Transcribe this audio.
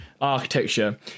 Architecture